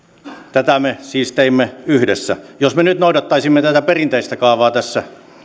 tätä me siis teimme yhdessä jos me nyt noudattaisimme tätä perinteistä kaavaa tässä